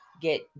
get